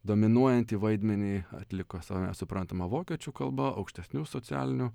dominuojantį vaidmenį atliko savaime suprantama vokiečių kalba aukštesnių socialinių